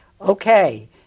okay